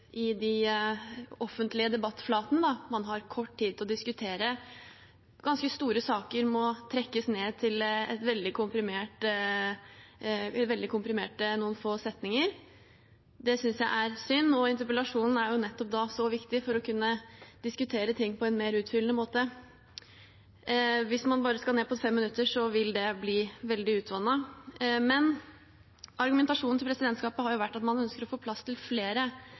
de offentlige debattflatene. Man har kort tid til å diskutere, og ganske store saker må trekkes ned til et veldig komprimert nivå, med noen få setninger. Det synes jeg er synd. Interpellasjonen er nettopp da så viktig for å kunne diskutere ting på en mer utfyllende måte. Hvis man skal ned på bare 5 minutter, vil det bli veldig utvannet. Argumentasjonen til presidentskapet har hovedsakelig vært at man ønsker å få plass til flere